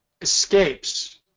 escapes